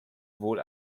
wohl